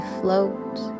float